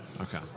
Okay